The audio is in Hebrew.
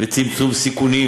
וצמצום סיכונים.